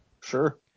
Sure